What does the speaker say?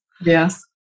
Yes